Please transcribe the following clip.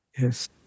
Yes